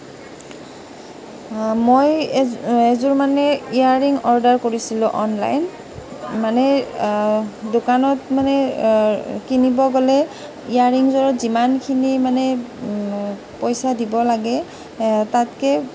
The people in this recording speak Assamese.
মই এযোৰ মানে ইয়েৰিং অৰ্ডাৰ কৰিছিলোঁ অনলাইন মানে দোকানত মানে কিনিব গ'লে ইয়েৰিংযোৰত যিমানখিনি মানে পইচা দিব লাগে তাতকৈ